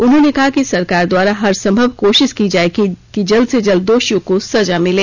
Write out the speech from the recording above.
उन्होंने कहा कि सरकार द्वारा हर संभव कोशिश की जाएगी कि जल्द से जल्द दोषियों को सजा मिले